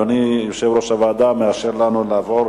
אדוני יושב-ראש הוועדה מאשר לנו לעבור